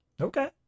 Okay